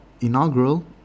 inaugural